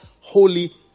holy